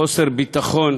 חוסר ביטחון